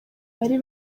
bari